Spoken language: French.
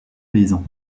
paysans